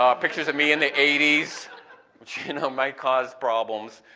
um pictures of me in the eighties which you know might cause problems,